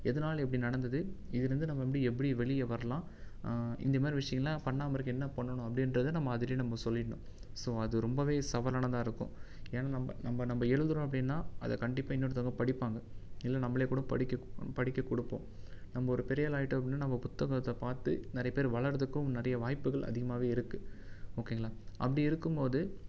எதனால் இப்படி நடந்தது இதுலிருந்து நம்ம எப்படி எப்படி வெளியே வரலாம் இந்த மாதிரி விஷ்யலாம் பண்ணாமல் இருக்க என்ன பண்ணணும் அப்படின்றத நம்ம அதுலயே நம்ம சொல்லிடணும் ஸோ அது ரொம்பவே சவாலானதாக இருக்கும் ஏன்னா நம்ப நம்ப நம்ப எழுதுறோம் அப்படின்னா அதை கண்டிப்பாக இன்னொருத்தங்க படிப்பாங்க இல்லை நம்மளே கூட படிக்கக் படிக்க கொடுப்போம் நம்ம ஒரு பெரியாளாயிட்டோம் அப்படின்னா நம்ம புத்தகத்தை பார்த்து நிறைய பேர் வளர்றதுக்கும் நிறைய வாய்ப்புகள் அதிகமாகவே இருக்கு ஓகேங்களா அப்படி இருக்கும்போது